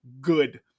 good